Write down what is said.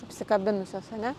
apsikabinusios ar ne